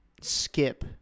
skip